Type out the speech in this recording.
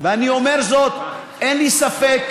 ואני אומר זאת, אין לי ספק,